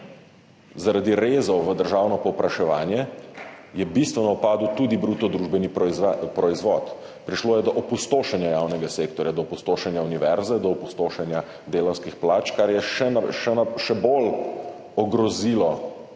Zaradi rezov v državno povpraševanje je bistveno upadel tudi bruto družbeni proizvod, prišlo je do opustošenja javnega sektorja, do opustošenja univerze, do opustošenja delavskih plač, kar je še bolj ogrozilo